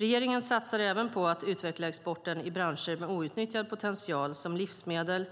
Regeringen satsar även på att utveckla exporten i branscher med outnyttjad potential, som livsmedel,